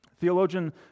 Theologian